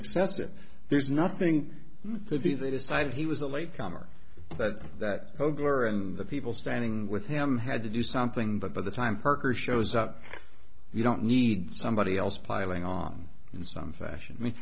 that there's nothing could be they decided he was a late comer that that ogre and the people standing with him had to do something but by the time parker shows up you don't need somebody else piling on in some fashion i mean